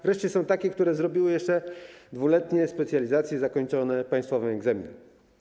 Wreszcie są takie, które zrobiły jeszcze 2-letnie specjalizacje zakończone państwowym egzaminem.